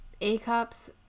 A-cups